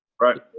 right